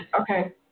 Okay